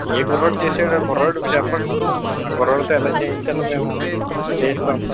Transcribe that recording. ఏ కుర్రాడు చేశాడు ఆ కుర్రాడికి చెప్పండి ఆ కుర్రాడితో ఎలా చేయించాలో మేము చేయిస్తాం